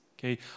Okay